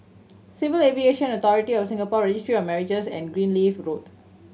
Civil Aviation Authority of Singapore Registry of Marriages and Greenleaf Road